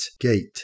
gate